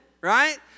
right